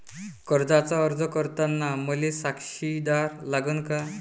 कर्जाचा अर्ज करताना मले साक्षीदार लागन का?